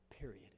period